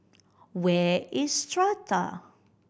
where is Strata